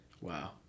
Wow